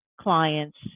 clients